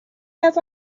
has